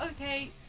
okay